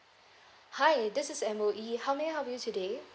hi this is M_O_E how may I help you today